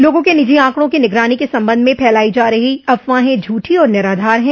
लोगों के निजी आंकड़ों की निगरानी के संबंध में फैलाई जा रही अफवाहें झूठी और निराधार हैं